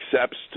accepts